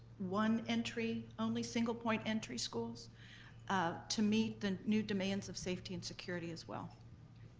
one entry only, single-point entry schools ah to meet the new demands of safety and security as well.